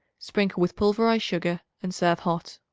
sprinkle with pulverized sugar and serve hot.